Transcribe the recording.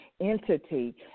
entity